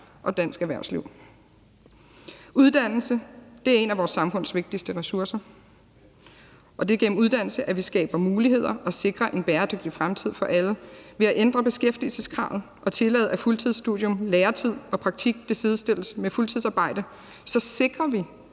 og dansk erhvervsliv. Uddannelse er en af vores samfunds vigtigste ressourcer, og det er igennem uddannelse, vi skaber muligheder og sikrer en bæredygtig fremtid for alle. Ved at ændre beskæftigelseskravet og tillade, at fuldtidsstudium, læretid og praktik sidestilles med fuldtidsarbejde, sikrer vi,